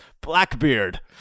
Blackbeard